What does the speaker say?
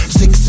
six